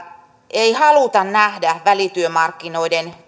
ei haluta nähdä välityömarkkinoiden